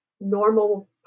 normal